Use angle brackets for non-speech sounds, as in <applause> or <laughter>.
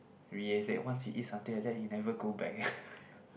Reid said once you eat something like that you never go back <laughs>